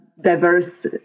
diverse